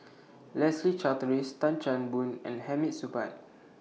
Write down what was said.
Leslie Charteris Tan Chan Boon and Hamid Supaat